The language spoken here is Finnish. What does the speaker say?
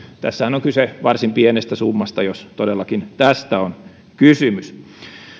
tässähän on kyse varsin pienestä summasta jos todellakin tästä on kysymys